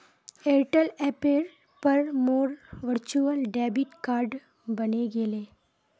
Airtel ऐपेर पर मोर वर्चुअल डेबिट कार्ड बने गेले